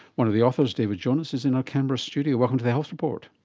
one of the authors, david jonas, is in our canberra studio. welcome to the health report.